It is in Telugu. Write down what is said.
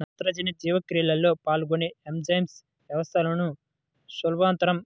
నత్రజని జీవక్రియలో పాల్గొనే ఎంజైమ్ వ్యవస్థలను సులభతరం